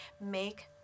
make